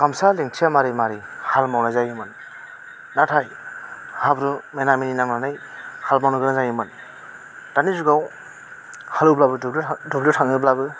गामसा लिंथिया मारि मारि हाल मावना जायोमोन नाथाय हाब्रु मेना मेनि नांनानै हाल मावनांगौ जायोमोन दानि जुगाव हालिउब्लाबो दुब्लियाव थां थाङोब्लाबो